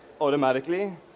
automatically